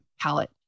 palette